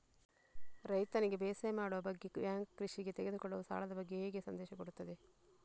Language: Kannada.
ರೈತನಿಗೆ ಬೇಸಾಯ ಮಾಡುವ ಬಗ್ಗೆ ಬ್ಯಾಂಕ್ ಕೃಷಿಗೆ ತೆಗೆದುಕೊಳ್ಳುವ ಸಾಲದ ಬಗ್ಗೆ ಹೇಗೆ ಸಂದೇಶ ಕೊಡುತ್ತದೆ?